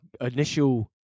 initial